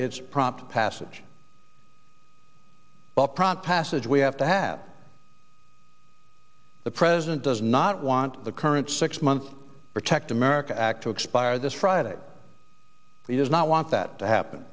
its prompt passage prompt passage we have to have the president does not want the current six month protect america act to expire this friday he does not want that to happen